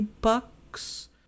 bucks